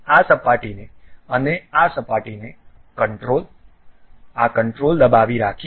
આ સપાટીને અને આ સપાટીને કંટ્રોલ આ કંટ્રોલ દબાવી રાખીને